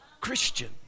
Christian